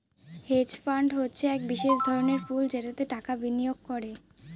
hedge fund হচ্ছে এক বিশেষ ধরনের পুল যেটাতে টাকা বিনিয়োগ করে